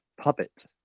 Puppet